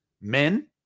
men